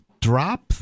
drop